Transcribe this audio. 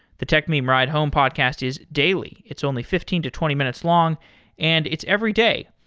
the techmeme ride home podcast is daily. it's only fifteen to twenty minutes long and it's every day.